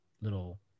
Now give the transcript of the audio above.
little